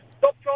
Stop